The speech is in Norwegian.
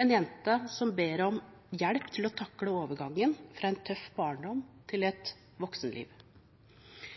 en jente som ber om hjelp til å takle overgangen fra en tøff barndom til et voksenliv.